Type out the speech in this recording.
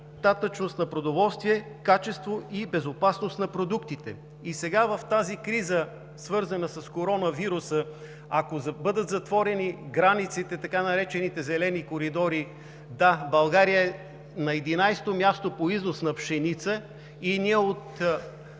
достатъчност на продоволствие; качество и безопасност на продуктите. И сега в тази криза, свързана с коронавируса, ако бъдат затворени границите, така наречените зелени коридори – да, България е на единадесето място по износ на пшеница и ние от